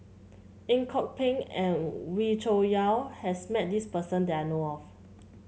Ang Kok Peng and Wee Cho Yaw has met this person that I know of